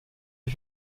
die